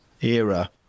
era